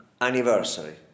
anniversary